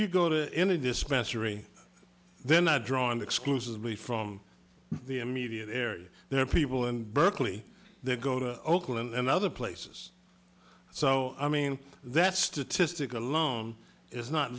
dispensary they're not drawn exclusively from the immediate area there are people in berkeley they go to oakland and other places so i mean that statistic alone is not